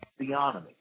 theonomy